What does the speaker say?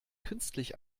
künstlich